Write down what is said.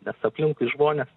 nes aplinkui žmonės